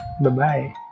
bye-bye